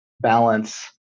balance